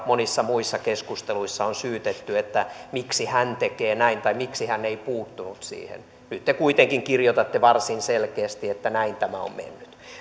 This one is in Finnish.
monissa muissa keskusteluissa on syytetty että miksi hän tekee näin tai miksi hän ei puuttunut siihen nyt te kuitenkin kirjoitatte varsin selkeästi että näin tämä on mennyt